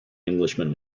englishman